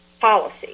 policy